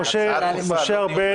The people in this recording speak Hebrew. משה ארבל,